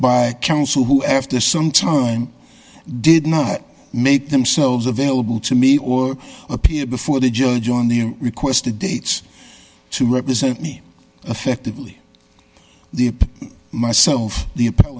by counsel who after some time did not make themselves available to me or appear before the judge on the request the dates to represent me effectively the myself the